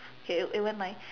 okay it went like